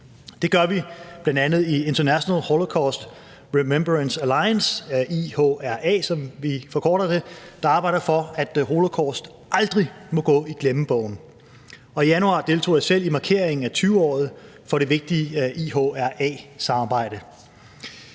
Det gør vi bl.a. i International Holocaust Remembrance Alliance, IHRA som vi forkorter det, der arbejder for, at holocaust aldrig må gå i glemmebogen. Og i januar deltog jeg selv i markeringen af 20-året for det vigtige IHRA-samarbejde.